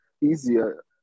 easier